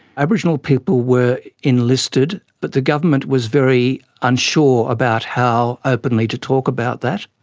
aboriginal people were enlisted but the government was very unsure about how openly to talk about that,